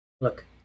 Look